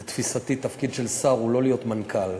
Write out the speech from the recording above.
לתפיסתי, תפקיד של שר אינו להיות מנכ"ל,